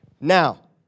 Now